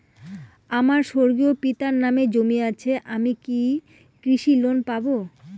আমার স্বর্গীয় পিতার নামে জমি আছে আমি কি কৃষি লোন পাব?